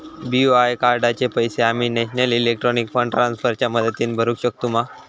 BOI कार्डाचे पैसे आम्ही नेशनल इलेक्ट्रॉनिक फंड ट्रान्स्फर च्या मदतीने भरुक शकतू मा?